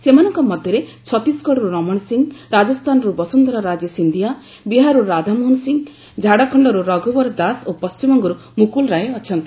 ସେମାନଙ୍କ ମଧ୍ୟରେ ଛତିଶଗଡ଼ରୁ ରମଣ ସିଂହ ରାଜସ୍ଥାନରୁ ବସୁନ୍ଧରା ରାଜେ ସିନ୍ଧିଆ ବିହାରରୁ ରାଧାମୋହନ ସିଂହ ଝାଡ଼ଖଣ୍ଡରୁ ରଘୁବର ଦାସ ଓ ପଶ୍ଚିମବଙ୍ଗରୁ ମୁକୁଲ ରାଏ ଅଛନ୍ତି